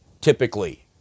typically